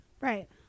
Right